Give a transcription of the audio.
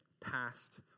past